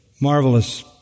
marvelous